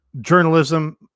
journalism